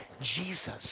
Jesus